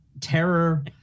terror